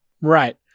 Right